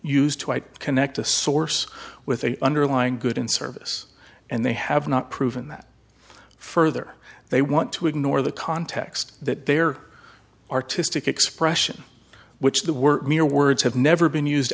quite connect a source with a underlying good in service and they have not proven that further they want to ignore the context that their artistic expression which the word mere words have never been used